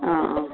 অঁ